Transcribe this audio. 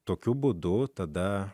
tokiu būdu tada